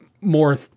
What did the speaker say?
more